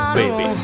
baby